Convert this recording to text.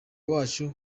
wacu